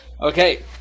Okay